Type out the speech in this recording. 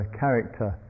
character